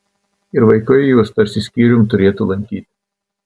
ir vaikai juos tarsi skyrium turėtų lankyti